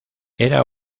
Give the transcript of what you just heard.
era